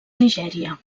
nigèria